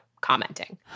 commenting